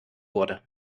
wurde